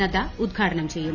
നദ്ദ ഉദ്ഘാടനം ചെയ്യും